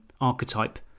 archetype